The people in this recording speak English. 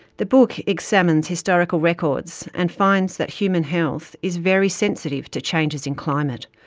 the book examines historical records and finds that human health is very sensitive to changes in climate.